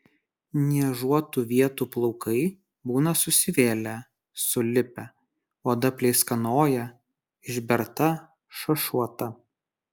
niežuotų vietų plaukai būna susivėlę sulipę oda pleiskanoja išberta šašuota